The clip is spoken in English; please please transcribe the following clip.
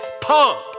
pump